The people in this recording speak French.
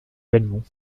belmont